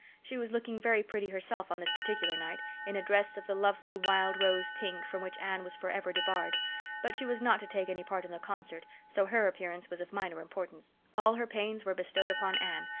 she was looking very pretty herself on this particular night in a dress of the lovely wild-rose pink, from which anne was forever debarred but she was not to take any part in the concert, so her appearance was of minor importance. all her pains were bestowed upon anne,